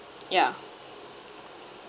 yeah